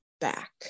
back